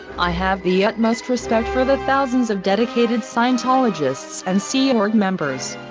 i have the utmost respect for the thousands of dedicated scientologists and sea and org members.